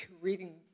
reading